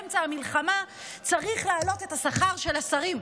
באמצע המלחמה צריך להעלות את השכר של השרים.